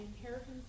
inheritance